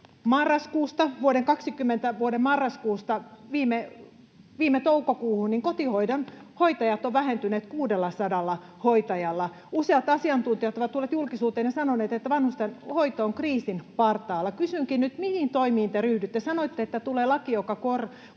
vuoden 20 marraskuusta, viime toukokuuhun kotihoidon hoitajat ovat vähentyneet 600 hoitajalla. Useat asiantuntijat ovat tulleet julkisuuteen ja sanoneet, että vanhustenhoito on kriisin partaalla. Kysynkin nyt: mihin toimiin te ryhdytte? Sanoitte, että tulee laki, joka korjaa